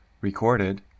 recorded